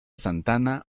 santana